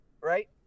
Right